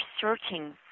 searching